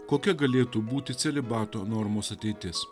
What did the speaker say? kokia galėtų būti celibato normos ateitis